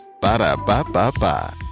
Ba-da-ba-ba-ba